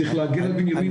צריך להגן על בנימינה,